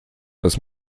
dass